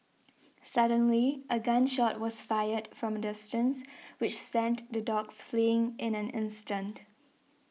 suddenly a gun shot was fired from distance which sent the dogs fleeing in an instant